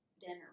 Dinner